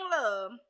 love